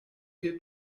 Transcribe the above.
hier